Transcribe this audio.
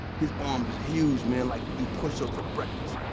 his arms, just huge man. like he do push-ups for breakfast.